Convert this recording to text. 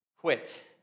quit